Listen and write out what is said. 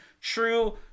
true